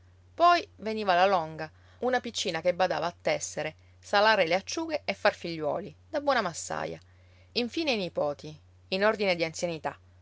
poi veniva la longa una piccina che badava a tessere salare le acciughe e far figliuoli da buona massaia infine i nipoti in ordine di anzianità